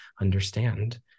understand